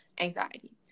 anxiety